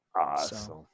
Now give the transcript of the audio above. awesome